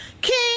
King